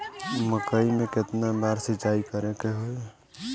मकई में केतना बार सिंचाई करे के होई?